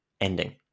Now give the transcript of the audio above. ending